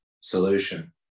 solution